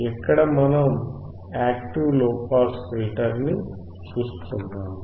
ఇక్కడ మనం active lowpass ఫిల్టర్ని చూస్తున్నాము